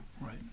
Right